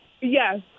Yes